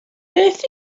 beth